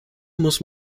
muss